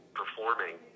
performing